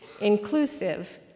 inclusive